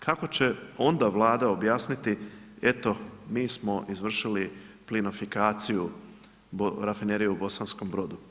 Kako će onda Vlada objasniti, eto, mi smo izvršili plinofikaciju, rafinerije u Bosankom Brodu.